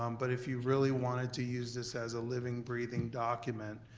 um but if you really wanted to use this as a living, breathing document.